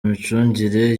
imicungire